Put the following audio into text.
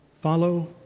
follow